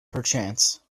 perchance